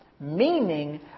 Meaning